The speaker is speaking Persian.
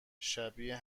شبیه